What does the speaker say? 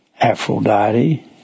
Aphrodite